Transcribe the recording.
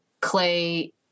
clay